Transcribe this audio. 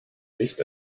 nicht